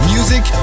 Music